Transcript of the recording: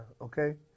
okay